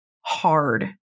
hard